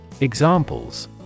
Examples